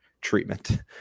treatment